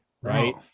Right